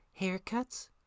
haircuts